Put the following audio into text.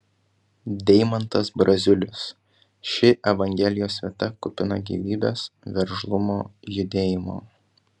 deimantas braziulis ši evangelijos vieta kupina gyvybės veržlumo judėjimo